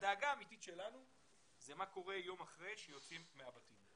הדאגה האמיתית שלנו היא מה קורה יום אחרי שיוצאים מהבתים.